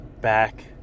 back